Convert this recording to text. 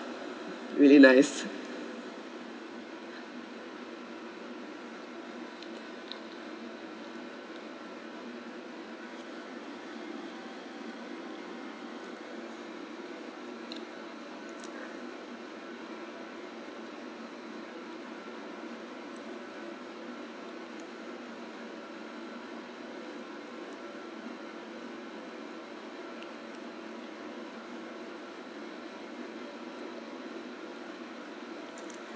really nice